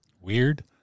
Weird